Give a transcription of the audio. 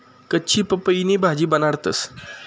कच्ची पपईनी भाजी बनाडतंस